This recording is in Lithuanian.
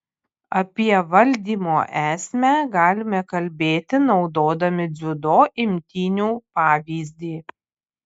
apie valdymo esmę galime kalbėti naudodami dziudo imtynių pavyzdį